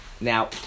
Now